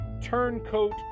turncoat